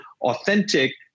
authentic